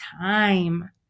time